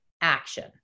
action